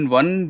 one